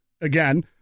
Again